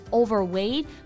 overweight